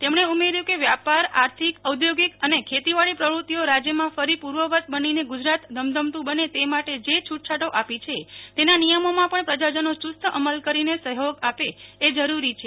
તેમણે ઉમેર્યું કે વ્યાપાર આર્થિક ઔદ્યોગોકિ અને ખેતીવાડી પ્રવૃતિઓ રાજ્યમાં ફરી પૂર્વવત બનીને ગુજરાત ધમધમત્રં બને તે માટે જે છૂટછાયો આપી છે તેના નિયમોમાં પણ પ્રજાજનો ચુસત અમલ કરીને સહયોગ આપે એ જરુરી છે